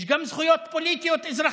יש גם זכויות פוליטיות-אזרחיות,